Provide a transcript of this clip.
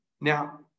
Now